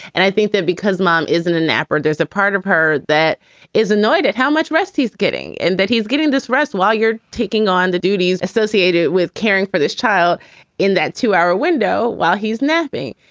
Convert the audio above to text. and i think that because mom is in a nap or there's a part of her that is annoyed at how much rest he's getting and that he's getting this rest while you're taking on the duties associated with caring for this child in that two hour window while he's napping.